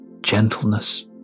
gentleness